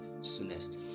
soonest